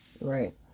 Right